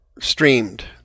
streamed